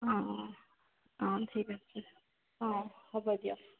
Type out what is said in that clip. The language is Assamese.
অঁ অঁ ঠিক আছে অঁ হ'ব দিয়ক